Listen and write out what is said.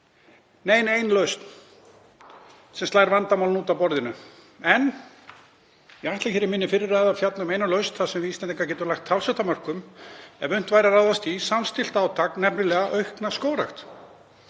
nein ein lausn sem slær vandamálin út af borðinu. En ég ætlaði hér í minni fyrri ræðu að fjalla um eina lausn þar sem við Íslendingar getum lagt talsvert af mörkum ef unnt væri að ráðast í samstillt átak, nefnilega aukna skógrækt.